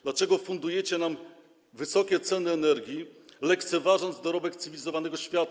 Dlaczego fundujecie nam wysokie ceny energii, lekceważąc dorobek cywilizowanego świata?